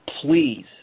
please